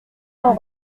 sans